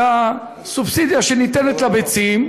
הסובסידיה שניתנת לביצים,